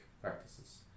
practices